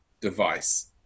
device